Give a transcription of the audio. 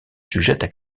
sujettes